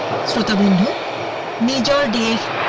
sort of ah under major dish